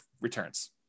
returns